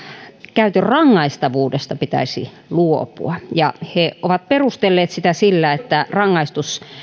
käytön rangaistavuudesta pitäisi luopua ja he ovat perustelleet sitä sillä että rangaistus